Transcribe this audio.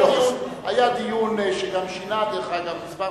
היה דיון שגם שינה, דרך אגב, כמה דברים,